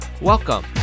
welcome